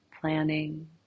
planning